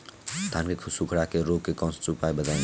धान के सुखड़ा रोग के कौनोउपाय बताई?